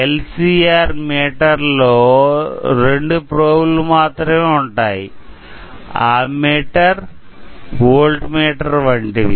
L C R meter లో రెండు ప్రోబ్లు మాత్రమే ఉంటాయి అమ్మీటర్ వోల్ట్ మీటర్ వంటివి